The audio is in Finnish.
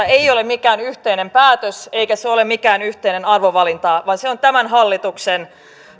ei ole mikään yhteinen päätös eikä se ole mikään yhteinen arvovalinta vaan se on tämän hallituksen